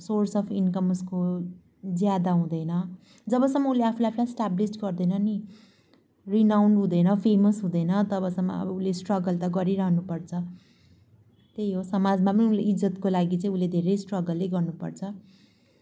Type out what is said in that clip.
source of income उसको ज्यादा हुँदैन जबसम्म उसले आफूले आफूलाई इस्टाब्लिस गर्दैन नि रिनाउन्ड हुँदैन फेमस हुँदैन तबसम्म अब उसले स्ट्रगल त गरिरहनु पर्छ त्यही हो समाजमा पनि उसले इज्जतको लागि चाहिँ उसले धेरै स्ट्रगल नै गर्नुपर्छ